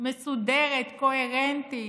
מסודרת וקוהרנטית